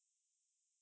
fiction